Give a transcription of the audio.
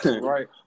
right